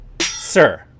Sir